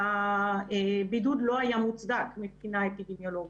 הבידוד לא היה מוצדק מבחינה האפידמיולוגית.